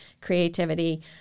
Creativity